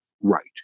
right